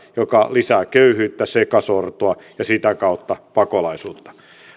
jotka lisäävät köyhyyttä sekasortoa ja sitä kautta pakolaisuutta